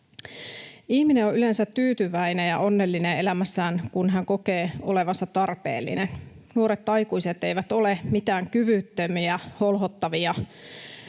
Ihminen on yleensä tyytyväinen ja onnellinen elämässään, kun hän kokee olevansa tarpeellinen. Nuoret aikuiset eivät ole mitään kyvyttömiä holhottavia,